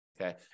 okay